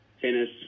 tennis